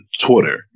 Twitter